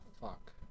fuck